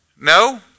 No